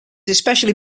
especially